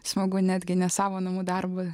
smagu netgi ne savo namų darbą